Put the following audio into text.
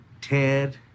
Ted